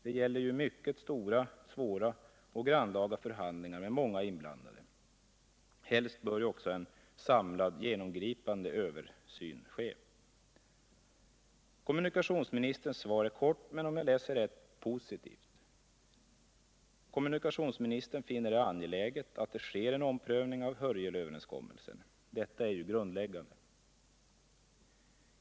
Det gäller ju mycket stora, svåra och grannlaga förhandlingar med många inblandade. Helst bör också en samlad, genomgripande översyn ske. Kommunikationsministerns svar är kort men, om jag läser rätt, positivt. Kommunikationsministern finner det angeläget att det sker en omprövning av Hörjelöverenskommelsen. Detta är grundläggande.